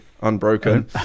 unbroken